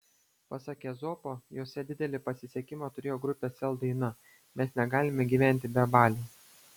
pasak ezopo jose didelį pasisekimą turėjo grupės sel daina mes negalime gyventi be balių